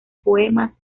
poemas